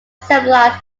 symbolize